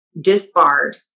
disbarred